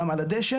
גם על הדשא,